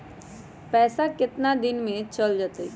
पैसा कितना दिन में चल जतई?